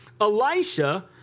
Elisha